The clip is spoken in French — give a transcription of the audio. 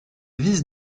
vis